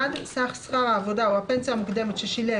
סך שכר העבודה או הפנסיה המוקדמת ששילם